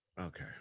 Okay